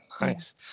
nice